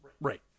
Right